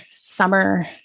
summer